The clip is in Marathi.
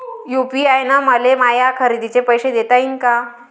यू.पी.आय न मले माया खरेदीचे पैसे देता येईन का?